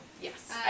Yes